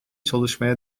çalışmaya